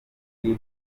buryo